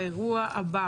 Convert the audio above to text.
באירוע הבא